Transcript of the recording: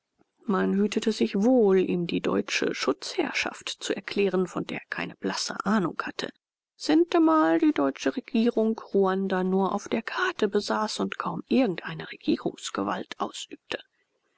man hütete sich wohl ihm die deutsche schutzherrschaft zu erklären von der er keine blasse ahnung hatte sintemal die deutsche regierung ruanda nur auf der karte besaß und kaum irgendeine regierungsgewalt ausübte